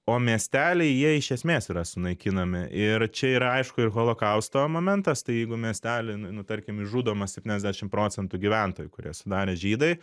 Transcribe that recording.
o miesteliai jie iš esmės yra sunaikinami ir čia yra aišku ir holokausto momentas tai jeigu miestely nu tarkim išžudoma septyniasdešimt procentų gyventojų kurie sudarė žydai